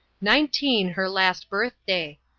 nineteen her last birthday,